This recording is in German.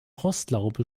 rostlaube